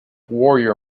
warrior